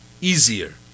easier